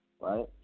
right